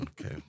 Okay